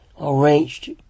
arranged